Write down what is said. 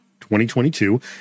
2022